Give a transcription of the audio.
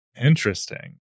Interesting